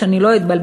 שאני לא אתבלבל,